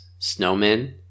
snowmen